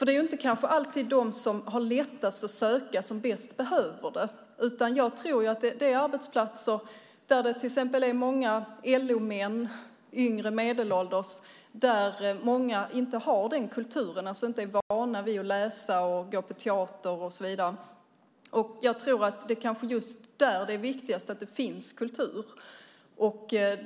Det är kanske inte alltid de som har lättast att söka som bäst behöver det utan arbetsplatser där det till exempel är många LO-män, yngre och medelålders, där många inte har den kulturen eller inte är vana vid att läsa, gå på teater och så vidare. Det kanske är just där det är viktigast att det finns kultur.